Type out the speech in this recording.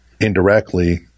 Indirectly